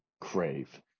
crave